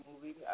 movie